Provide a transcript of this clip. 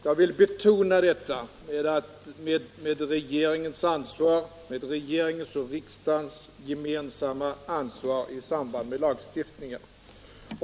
Jag vill alltså betona att regeringen har ett ansvar, och att regeringen och riksdagen har ett gemensamt ansvar för lagstiftningen.